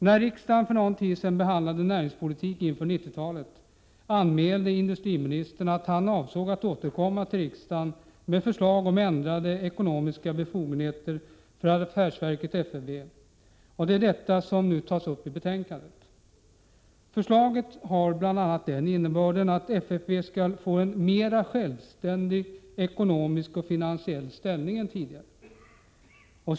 När riksdagen för någon tid sedan behandlade näringspolitik inför 90-talet anmälde industriministern att han avsåg att återkomma till riksdagen med förslag om ändrade ekonomiska befogenheter för affärsverket FFV. Det är detta som nu tas upp i betänkandet. Förslaget har bl.a. den innebörden att FFV skall få en mera självständig ekonomisk och finansiell ställning än tidigare.